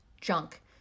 junk